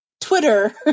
Twitter